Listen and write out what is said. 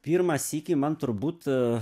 pirmą sykį man turbūt